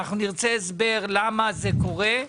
נרצה הסבר למה זה קורה.